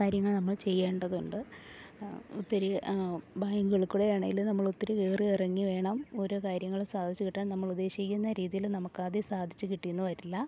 കാര്യങ്ങൾ നമ്മൾ ചെയ്യേണ്ടതുണ്ട് ഒത്തിരി ബാങ്കുകൾക്കൂടിയാണേൽ നമ്മളൊത്തിരി കയറി ഇറങ്ങി വേണം ഓരോ കാര്യങ്ങൾ സാധിച്ചു കിട്ടാൻ നമ്മളുദ്ദേശിക്കുന്ന രീതിയിൽ നമുക്കാദ്യ സാധിച്ച് കിട്ടിയെന്നു വരില്ല